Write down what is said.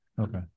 Okay